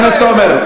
חבר הכנסת עמר,